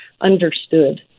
understood